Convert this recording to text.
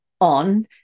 On